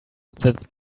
that